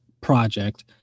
project